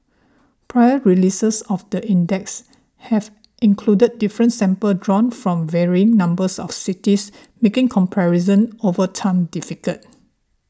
prior releases of the index have included different samples drawn from varying numbers of cities making comparison over time difficult